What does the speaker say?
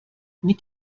mit